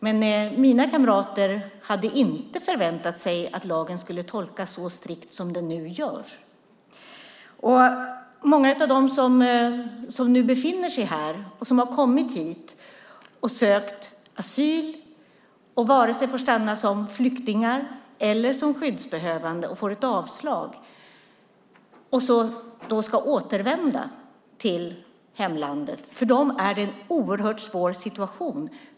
Men mina kamrater hade inte förväntat sig att lagen skulle tolkas så strikt som den nu görs. Jag tänker på många av dem som nu befinner sig här, som har kommit hit och sökt asyl och som inte får stanna som vare sig flyktingar eller skyddsbehövande. De får ett avslag och ska då återvända till hemlandet. För dem är det en oerhört svår situation.